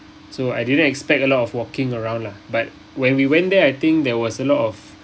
so I didn't expect a lot of walking around lah but when we went there I think there was a lot of